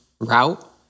route